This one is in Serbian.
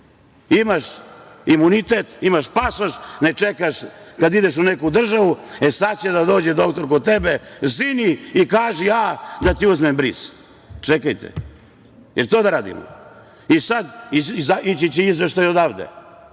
Imaš imunitet, imaš pasoš, ne čekaš kada ideš u neku državu, e sada će da dođe doktor kod tebe - zini i kaži „a“ da ti uzmem bris. Čekajte, da li to da radimo? I sada će izaći izveštaj odavde,